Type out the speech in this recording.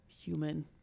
human